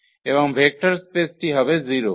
এবং ভেক্টর স্পেসটি হবে 0